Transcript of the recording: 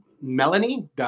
Melanie